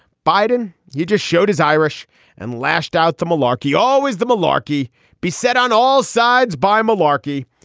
biden, you just showed his irish and lashed out. the malarkey, always the malarkey beset on all sides by malarkey.